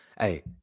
hey